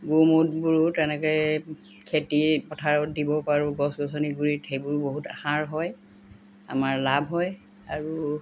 গু মুটবোৰো তেনেকৈ খেতি পথাৰত দিব পাৰোঁ গছ গছনি গুৰিত সেইবোৰ বহুত সাৰ হয় আমাৰ লাভ হয় আৰু